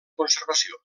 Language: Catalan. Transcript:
conservació